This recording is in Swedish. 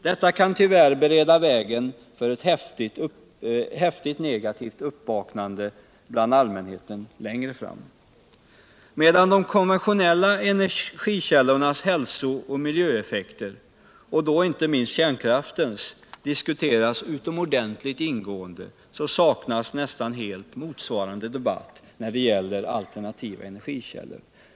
Detta kan tyvärr bereda vägen för ett häftigt negativt uppvaknande bland allmänheten längre fram; Medan de konventionella energikällornas hälso och miljöeffekter - och då inte minst kärnkraftens — diskuteras utomordentligt ingående saknas nästan helt motsvarande debatt när det gäller alternativa energikällor.